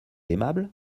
aimable